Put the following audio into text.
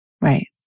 Right